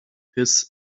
his